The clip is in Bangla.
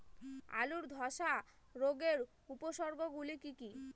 আলুর ধ্বসা রোগের উপসর্গগুলি কি কি?